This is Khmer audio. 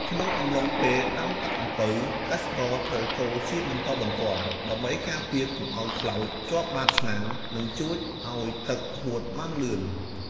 ក្នុងអំឡុងពេលដាំទឹកអំពៅ កសិករត្រូវកូរជាបន្តបន្ទាប់ ដើម្បីការពារកុំឱ្យខ្លោចជាប់បាតឆ្នាំង និងជួយឱ្យទឹកហួតបានលឿន។